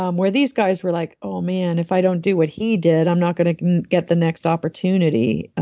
um where these guys were like, oh, man. if i don't do what he did, i'm not going to get the next opportunity. ah